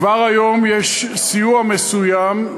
כבר היום יש סיוע מסוים,